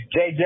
JJ